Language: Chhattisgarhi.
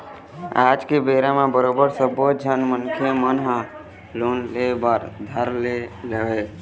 आज के बेरा म बरोबर सब्बो झन मनखे मन ह लोन ले बर धर ले हवय